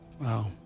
Wow